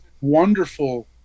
wonderful